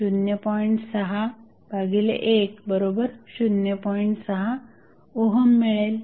6 मिळेल